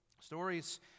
Stories